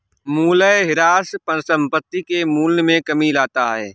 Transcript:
मूलयह्रास परिसंपत्ति के मूल्य में कमी लाता है